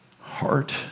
heart